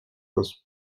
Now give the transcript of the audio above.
was